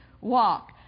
walk